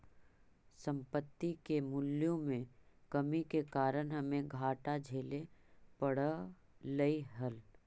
संपत्ति के मूल्यों में कमी के कारण हमे घाटा झेले पड़लइ हल